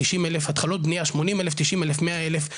90 אלף,